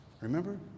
Remember